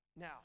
Now